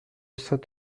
saint